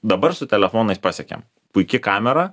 dabar su telefonais pasiekėm puiki kamera